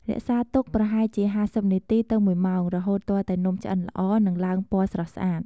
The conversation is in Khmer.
រក្សាទុកប្រហែលជា ៥០ នាទី ទៅ ១ ម៉ោង រហូតទាល់តែនំឆ្អិនល្អ និងឡើងពណ៌ស្រស់ស្អាត។